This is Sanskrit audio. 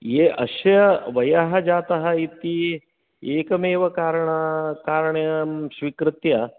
ये अस्य वयः जातः इति एकमेव कारणा कारणं स्वीकृत्य